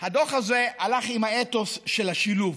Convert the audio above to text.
הדוח הזה הלך עם האתוס של השילוב,